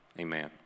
Amen